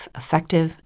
effective